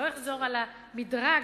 אחזור על המדרג,